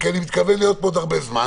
כי אני מתכוון להיות פה עוד הרבה זמן